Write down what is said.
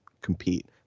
compete